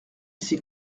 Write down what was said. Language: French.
s’est